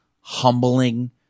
humbling